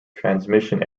transmission